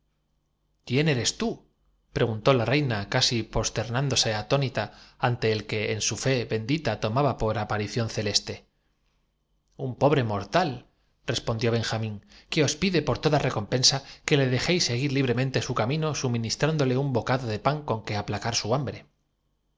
quién eres tú preguntó la reina casi prosternándose atónita ante el que en su fe bendita tomaba por aparición celeste un pobre mortalrespondió benjamín que os pide por toda recompensa que le dejéis seguir libre mente su camino suministrándole un bocado de pan con que aplacar su hambre tan